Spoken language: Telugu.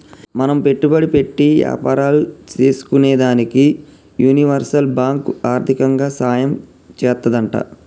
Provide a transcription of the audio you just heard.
మనం పెట్టుబడి పెట్టి యాపారాలు సేసుకునేదానికి యూనివర్సల్ బాంకు ఆర్దికంగా సాయం చేత్తాదంట